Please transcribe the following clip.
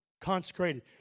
Consecrated